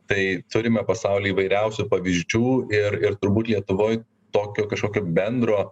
tai turime pasauly įvairiausių pavyzdžių ir ir turbūt lietuvoj tokio kažkokio bendro